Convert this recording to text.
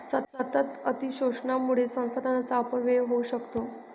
सतत अतिशोषणामुळे संसाधनांचा अपव्यय होऊ शकतो